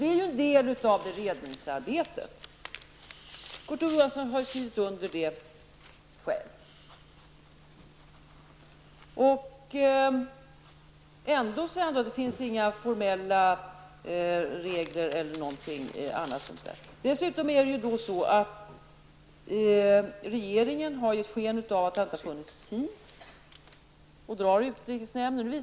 Det bör ju vara en del av beredningsarbetet. Det har Kurt Ove Johansson själv skrivit under på. Ändå talar han om att det inte finns några formella regler för hur ett sådant ärende skall handläggas. Regeringen har gett sken av att det inte har funnits tid i utrikesnämnden att föredra frågan om brevet till Saddam Hussein.